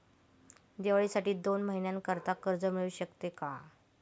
दिवाळीसाठी दोन महिन्याकरिता कर्ज मिळू शकते का?